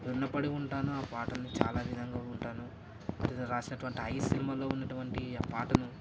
రుణపడి ఉంటాను ఆ పాటలకు చాలా విధంగా ఉంటాను ఏదో రాసినటువంటి ఐ సినిమాలో ఉన్నటువంటి ఆ పాటను